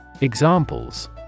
Examples